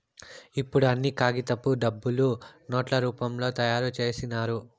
ఇప్పుడు అన్ని కాగితపు డబ్బులు నోట్ల రూపంలో తయారు చేసినారు